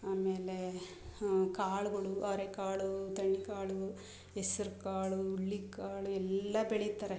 ಆಮೇಲೆ ಕಾಳುಗಳು ಅವರೆಕಾಳು ತಣ್ಣಿಕಾಳು ಹೆಸ್ರ್ಕಾಳು ಹುರ್ಳಿಕಾಳು ಎಲ್ಲ ಬೆಳೀತಾರೆ